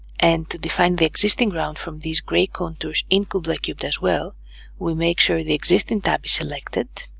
and to define the existing ground from these gray contours in kubla cubed, as well we make sure the existing tab is selected